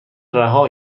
رها